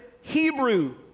Hebrew